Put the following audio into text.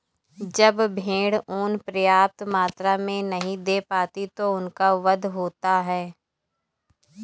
जब भेड़ ऊँन पर्याप्त मात्रा में नहीं दे पाती तो उनका वध होता है